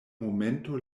momento